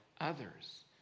others